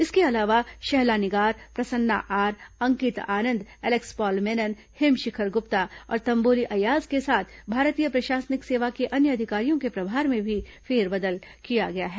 इसके अलावा शहला निगार प्रसन्ना आर अंकित आनंद एलेक्स पॉल मेनन हिमशिखर गुप्ता और तंबोली अय्याज के साथ भारतीय प्रशासनिक सेवा के अन्य अधिकारियों के प्रभार में भी फेरबदल किया गया है